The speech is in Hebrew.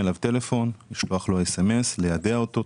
להתקשר אליו, לשלוח לו מסרון וליידע אותו.